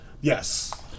yes